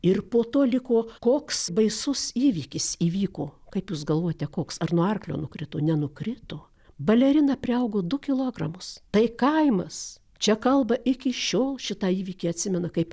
ir po to liko koks baisus įvykis įvyko kaip jūs galvojate koks ar nuo arklio nukrito nenukrito balerina priaugo du kilogramus tai kaimas čia kalba iki šiol šitą įvykį atsimena kaip